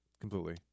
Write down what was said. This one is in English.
completely